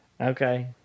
Okay